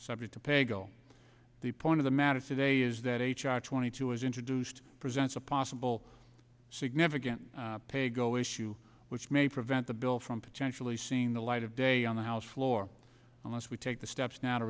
paygo the point of the matter today is that h r twenty two is introduced presents a possible significant paygo issue which may prevent the bill from potentially seeing the light of day on the house floor unless we take the steps now to